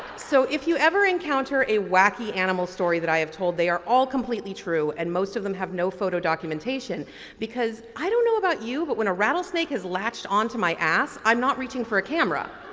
so, if you ever encounter a wacky animal story that i have told they are all completely true and most of them have no photo documentation because i don't know about you but when a rattlesnake has latched onto my ass i'm not reaching for a camera.